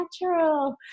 natural